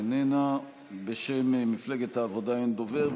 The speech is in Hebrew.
איננה; בשם מפלגת העבודה אין דובר.